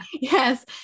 Yes